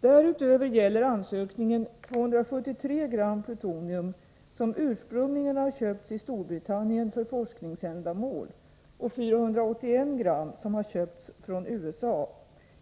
Därutöver gäller ansökningen 273 g plutonium som ursprungligen har köpts i Storbritannien för forskningsändamål och 481 g som har köpts från USA.